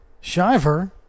Shiver